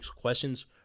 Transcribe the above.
questions